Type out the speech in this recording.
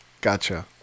gotcha